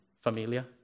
familia